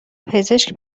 پزشک